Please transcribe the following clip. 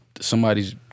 somebody's